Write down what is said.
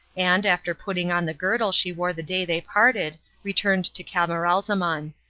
and, after putting on the girdle she wore the day they parted, returned to camaralzaman.